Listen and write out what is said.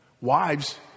Wives